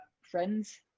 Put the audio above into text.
Friends